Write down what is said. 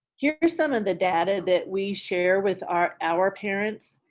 here's some of the data that we share with our our parents.